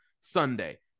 Sunday